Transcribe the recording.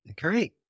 Great